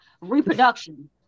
reproduction